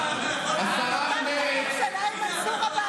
הוא מפריע לי לדבר, אני אפריע לו לדבר בחזרה.